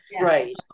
Right